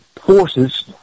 forces